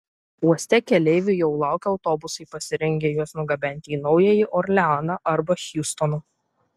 uoste keleivių jau laukia autobusai pasirengę juos nugabenti į naująjį orleaną arba hjustoną